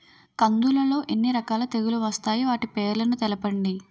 కందులు లో ఎన్ని రకాల తెగులు వస్తాయి? వాటి పేర్లను తెలపండి?